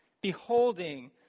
beholding